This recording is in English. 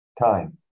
Time